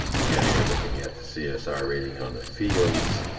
again we're looking at the csr rating on the fields,